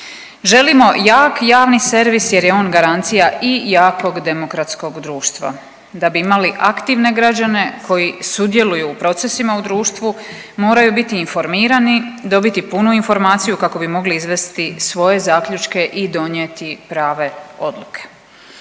Želimo jak javni servis jer je on garancija i jakog demokratskog društva. Da bi imali aktivne građane koji sudjeluju u procesima u društvu moraju biti informirani, dobiti punu informaciju kako bi mogli izvesti svoje zaključke i donijeti prave odluke.